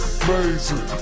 amazing